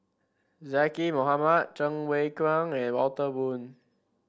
Zaqy Mohamad Cheng Wai Keung and Walter Woon